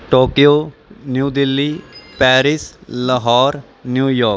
Tokyo New Delhi Paris Lahore New York